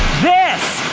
this!